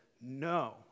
no